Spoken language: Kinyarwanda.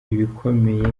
ibikomeye